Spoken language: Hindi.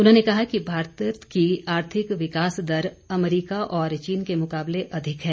उन्होंने कहा कि भारत की आर्थिक विकास दर अमेरिका और चीन के मुकाबले अधिक है